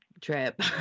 trip